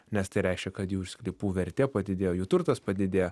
nes tai reiškia kad jų sklypų vertė padidėjo jų turtas padidėjo